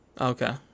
Okay